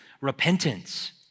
repentance